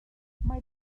mae